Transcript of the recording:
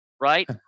right